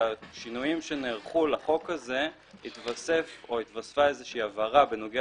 בשינויים שנערכו על החוק הזה התווספה הבהרה בנוגע